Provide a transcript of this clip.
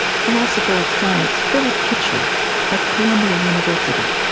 philosopher of science philip kitcher at columbia university,